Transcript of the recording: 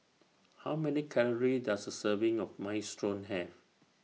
How Many Calories Does A Serving of Minestrone Have